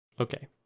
Okay